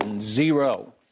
Zero